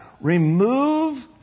remove